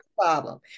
problem